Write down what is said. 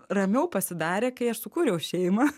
ramiau pasidarė kai aš sukūriau šeimą